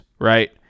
right